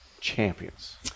champions